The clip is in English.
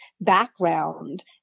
background